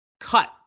cut